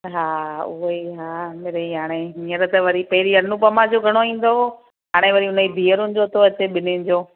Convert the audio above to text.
हा उहेई हा मिड़ई हाणे हीअंर त वरी पहिरीं अनुपमा जो घणो ईंदो हो हाणे वरी हुन जी धियरियुनि जो थो अचे ॿिन्हीनि जो